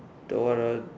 the what ah